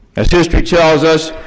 as history tells us,